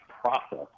process